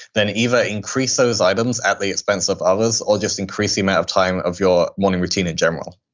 then either increase those items at the expense of others, or just increase the amount of time of your morning routine in general